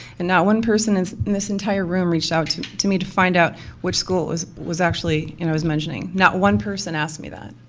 and not one person i'm and and this entire room reached out to to me to find out which school was was actually i was mentioning. not one person asked me that.